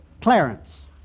Clarence